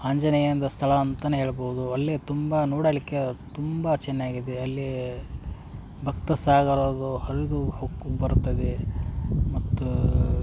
ಆಂಜನೇಯಂದು ಸ್ಥಳ ಅಂತನೆ ಹೇಳ್ಬೋದು ಅಲ್ಲಿ ತುಂಬ ನೋಡಲಿಕ್ಕೆ ತುಂಬ ಚೆನ್ನಾಗಿದೆ ಅಲ್ಲಿ ಭಕ್ತ ಸಾಗರವು ಹರಿದು ಹೊಕ್ಕು ಬರುತ್ತದೆ ಮತ್ತು